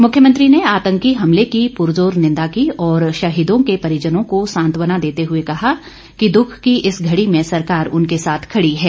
मुख्यमंत्री ने आतंकी हमले की पुरजोर निंदा की और शहीदों के परिजनों को सांत्वना देते हुए कहा कि दुख की इस घड़ी में सरकार उनके साथ खड़ी है